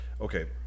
okay